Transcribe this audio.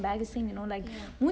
ya